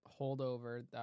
holdover